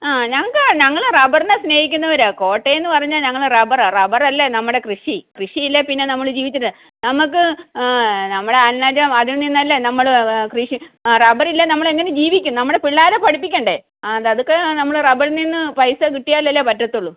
ആ ഞങ്ങൾക്ക് ഞങ്ങൾ റബ്ബറിനെ സ്നേഹിക്കുന്നവരാ കോട്ടയം എന്ന് പറഞ്ഞാൽ ഞങ്ങൾ റബ്ബർ ആണ് റബ്ബർ അല്ലേ നമ്മുടെ കൃഷി കൃഷിയില്ലേ പിന്നെ നമ്മൾ ജീവിച്ചിട്ട് നമുക്ക് നമ്മൾ അന്നജം അതിൽനിന്നല്ലേ നമ്മൾ കൃഷി ആ റബ്ബർ ഇല്ലെങ്കിൽ നമ്മൾ എങ്ങനെ ജീവിക്കും നമ്മുടെ പിള്ളേരെ പഠിപ്പിക്കേണ്ടേ ആ അത് അതൊക്കെ നമ്മൾ റബ്ബറിൽനിന്ന് പൈസ കിട്ടിയാലല്ലേ പറ്റത്തുള്ളൂ